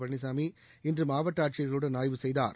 பழனிசாமி இன்று மாவட்ட ஆட்சியர்களுடன் ஆய்வு செய்தார்